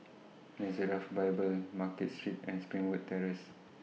Nazareth Bible Market Street and Springwood Terrace